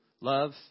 love